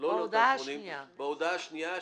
ההודעה השנייה,